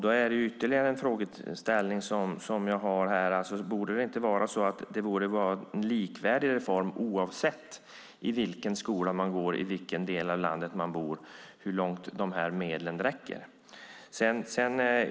Då har jag ytterligare en fråga: Borde detta inte vara en likvärdig reform? Borde inte medlen räcka lika långt oavsett i vilken skola man går, i vilken del av landet?